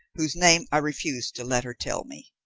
whose name i refused to let her tell me.